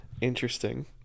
Interesting